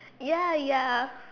ya ya